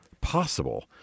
possible